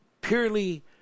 purely